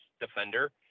defender